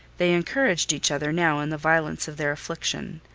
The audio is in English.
they encouraged each other now in the violence of their affliction.